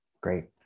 Great